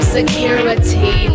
security